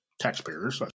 taxpayers